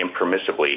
impermissibly